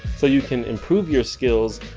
so you can improve your skills,